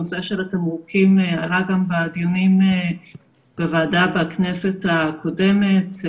נושא התמרוקים עלה גם בדיונים בוועדה בכנסת הקודמת.